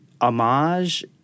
homage